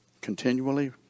Continually